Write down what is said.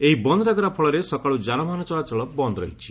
ଏହି ବନ୍ଦ ଡାକରା ଫଳରେ ସକାଳୁ ଯାନବାହନ ଚଳାଚଳ ବନ୍ଦ ରହିଛି